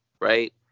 right